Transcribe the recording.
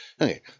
Okay